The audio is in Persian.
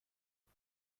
بده